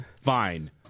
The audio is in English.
fine